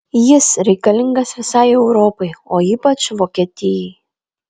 jis reikalingas visai europai o ypač vokietijai